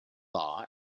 law